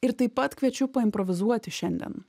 ir taip pat kviečiu paimprovizuoti šiandien